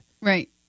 Right